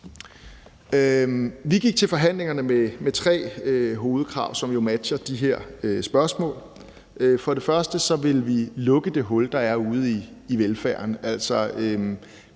Vi gik til forhandlingerne med tre hovedkrav, som jo matcher de her spørgsmål. Først og fremmest vil vi lukke det hul, der er ude i velfærden. Altså,